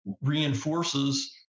reinforces